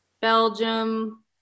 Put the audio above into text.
Belgium